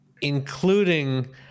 including